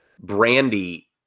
Brandy